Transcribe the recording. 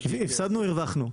אז הפסדנו או הרווחנו?